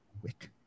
quick